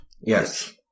Yes